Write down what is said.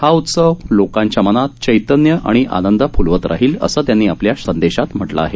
हा उत्सव लोकांच्या मनात चैतन्य आणि आनंद फुलवत राहील असं त्यांनी आपल्या संदेशात म्हटलं आहे